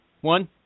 One